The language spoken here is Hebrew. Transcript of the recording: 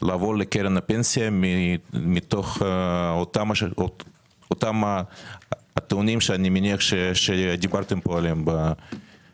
לעבור לקרן הפנסיה מתוך אותם הטיעונים שאני מניח שדיברתם פה עליהם